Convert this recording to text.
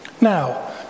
Now